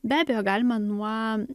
be abejo galima nuo